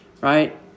Right